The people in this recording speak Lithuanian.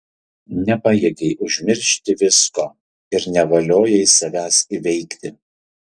nepajėgei užmiršti visko ir nevaliojai savęs įveikti